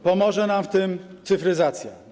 Pomoże nam w tym cyfryzacja.